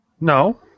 No